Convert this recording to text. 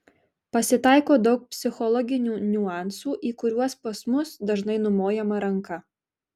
pasitaiko daug psichologinių niuansų į kuriuos pas mus dažnai numojama ranka